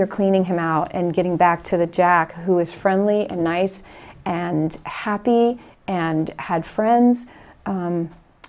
are cleaning him out and getting back to the jack who was friendly and nice and happy and had friends